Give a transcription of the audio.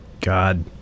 God